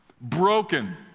Broken